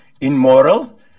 immoral